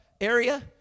area